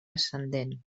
ascendent